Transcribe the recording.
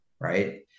right